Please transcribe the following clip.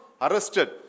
arrested